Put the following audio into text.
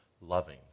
loving